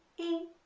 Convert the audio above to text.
e,